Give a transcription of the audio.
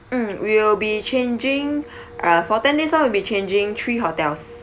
mm we'll be changing uh for ten days [one] we'll be changing three hotels